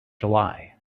july